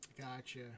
Gotcha